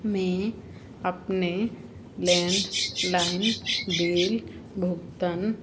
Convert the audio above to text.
मैं अपने landline bill भुगतन